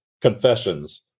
Confessions